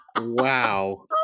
Wow